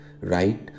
right